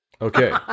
Okay